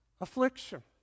affliction